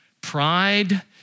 Pride